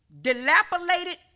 Dilapidated